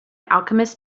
alchemist